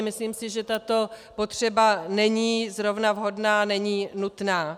Myslím si, že tato potřeba není zrovna vhodná, není nutná.